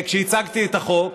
כשהצגתי את החוק,